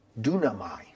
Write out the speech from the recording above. dunamai